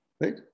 Right